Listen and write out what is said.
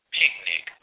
picnic